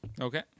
Okay